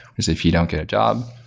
we say, if you don't get a job,